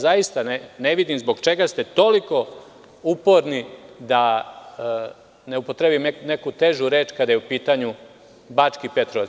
Zaista ne vidim zbog čega ste toliko uporni, da ne upotrebim neku težu reč, kada je u pitanju Bački Petrovac.